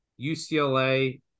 UCLA